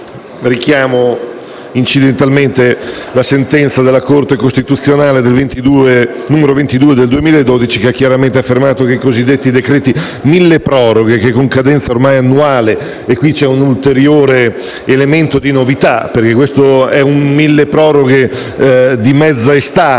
Richiamo incidentalmente la sentenza della Corte costituzionale n. 22 del 2012, che ha chiaramente affermato che i cosiddetti decreti milleproroghe che, con cadenza ormai annuale (qui c'è un ulteriore elemento di novità, perché questo è un decreto milleproroghe di mezza estate,